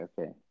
okay